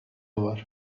var